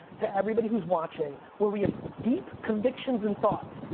to everybody who's watching, where we have deep convictions and thoughts,